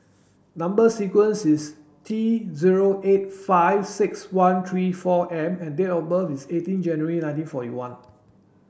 number sequence is T zero eight five six one three four M and date of birth is eighteen January nineteen forty one